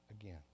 again